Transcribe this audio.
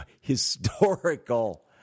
historical